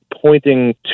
pointing